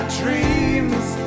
dreams